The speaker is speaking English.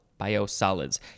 biosolids